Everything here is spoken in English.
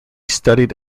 studied